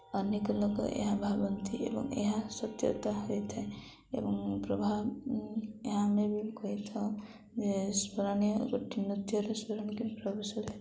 ଅନେକ ଲୋକ ଏହା ଭାବନ୍ତି ଏବଂ ଏହା ସତ୍ୟତା ହୋଇଥାଏ ଏବଂ ପ୍ରଭାବ ଏହା ଆମେ ବି କହିଥାଉ ଯେ ସ୍ମରଣୀୟ ଗୋଟେ ନୃତ୍ୟରେ